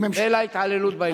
אל ההתעללות בילדים,